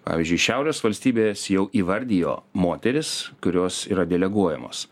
pavyzdžiui šiaurės valstybės jau įvardijo moteris kurios yra deleguojamos